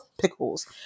pickles